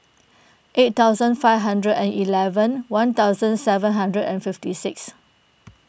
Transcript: eight thousand five hundred and eleven one thousand seven hundred and fifty six